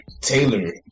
Taylor